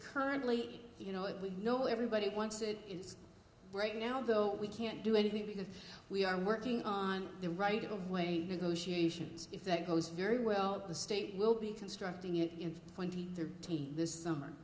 currently you know it we know everybody wants it is right now though we can't do anything because we are working on the right of way negotiations if that goes very well the state will be constructing it in twenty the team this summer